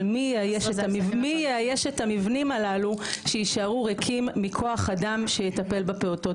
אבל מי יאייש את המבנים הללו שיישארו ריקים מכוח אדם שיטפל בפעוטות,